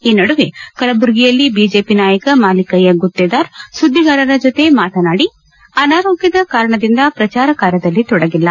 ಈ ನಡುವೆ ಕಲಬುರಗಿಯಲ್ಲಿ ಬಿಜೆಪಿ ನಾಯಕ ಮಾಲೀಕಯ್ಯ ಗುತ್ತೇದಾರ್ ಸುದ್ದಿಗಾರರ ಜೊತೆ ಮಾತನಾಡಿ ಅನಾರೋಗ್ಡದ ಕಾರಣದಿಂದ ಪ್ರಚಾರ ಕಾರ್ಯದಲ್ಲಿ ತೊಡಗಿಲ್ಲ